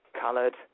coloured